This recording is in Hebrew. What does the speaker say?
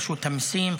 רשות המיסים,